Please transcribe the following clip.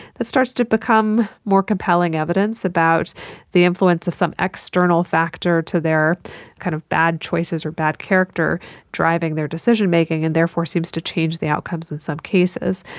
starts to become more compelling evidence about the influence of some external factor to their kind of bad choices or bad character driving their decision-making and therefore seems to change the outcomes in some cases.